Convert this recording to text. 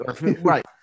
right